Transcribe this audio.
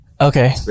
Okay